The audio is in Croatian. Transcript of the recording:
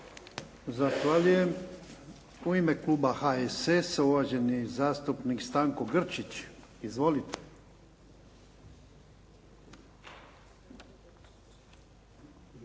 Zahvaljujem. U ime kluba HSS-a uvaženi zastupnik Stanko Grčić. Izvolite.